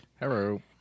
Hello